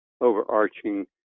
overarching